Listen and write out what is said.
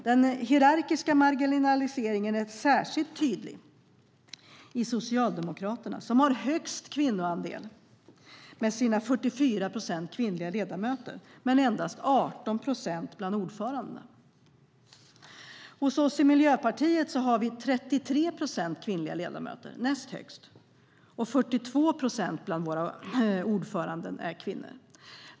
Den hierarkiska marginaliseringen är särskilt tydlig i Socialdemokraterna som har störst kvinnoandel med sina 44 procent kvinnliga ledamöter men endast 18 procent bland ordförandena. Hos oss i Miljöpartiet är det 33 procent kvinnliga ledamöter - den näst största andelen - och 42 procent av våra ordförande är kvinnor.